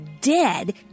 dead